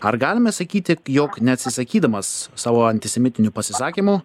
ar galime sakyti jog neatsisakydamas savo antisemitinių pasisakymų